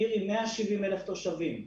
עיר עם 170,000 תושבים,